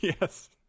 Yes